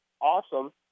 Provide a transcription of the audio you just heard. awesome